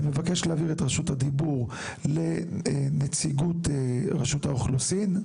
אני מבקש להעביר את רשות הדיבור לנציגות רשות האוכלוסין.